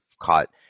caught